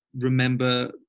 remember